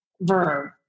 verb